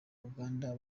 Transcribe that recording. uganda